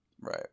Right